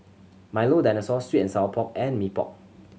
Milo Dinosaur sweet and sour pork and Mee Pok